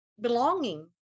belonging